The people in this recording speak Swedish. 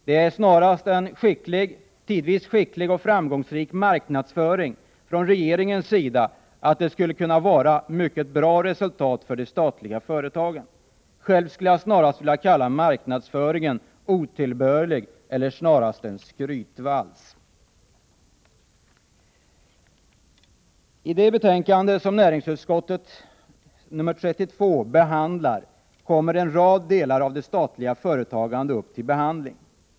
Det är snarast en tidvis skicklig och framgångsrik marknadsföring från regeringens sida som fått det att verka som om de statliga företagens resultat skulle vara mycket bra. Själv skulle jag snarast vilja kalla marknadsföringen otillbörlig eller en skrytvals. I näringsutskottets betänkande 32 behandlas en rad delar av det statliga företagandet.